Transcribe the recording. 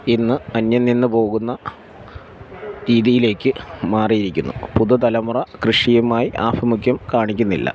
ഇന്ന് അന്യം നിന്നു പോകുന്ന രീതിയിലേക്ക് മാറിയിരിക്കുന്നു പുതു തലമുറ കൃഷിയുമായി ആഭിമുഖ്യം കാണിക്കുന്നില്ല